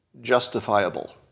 justifiable